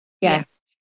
Yes